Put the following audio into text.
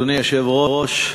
אדוני היושב-ראש,